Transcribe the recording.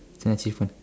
it's an achievement